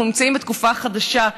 אנחנו נמצאים בתקופה חדשה,